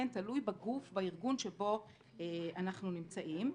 תלוי בגוף ובארגון שבו אנחנו נמצאים.